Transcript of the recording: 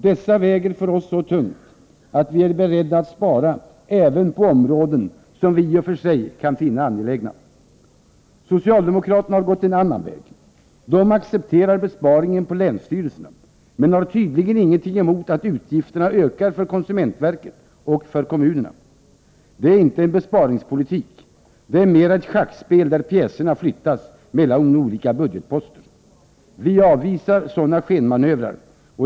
Dessa väger för oss så tungt, att vi är beredda att spara även på områden som vi i och för sig kan finna angelägna. Socialdemokraterna har gått en annan väg. De accepterar besparingen på länsstyrelserna, men har tydligen ingenting emot att utgifterna ökar för konsumentverket och för kommunerna. Detta är inte en besparingspolitik — det är mera ett schackspel där pjäserna flyttas mellan olika budgetposter. Vi avvisar sådana skenmanövrer.